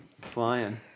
Flying